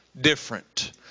different